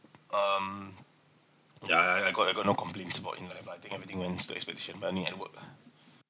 um yeah I I got I got no complaints about it lah if I think everything went to expectation but only at work